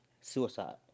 suicide